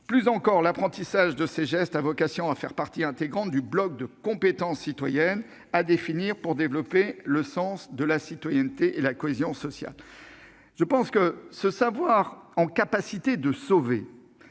Plus encore, l'apprentissage de ces gestes a vocation à faire partie intégrante du bloc de compétences citoyennes à définir pour développer le sens de la citoyenneté et la cohésion sociale. Se savoir en capacité de sauver